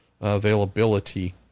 availability